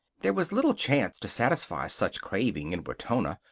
there was little chance to satisfy such craving in wetona,